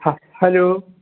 ہا ہیلو